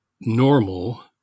normal